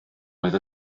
oedd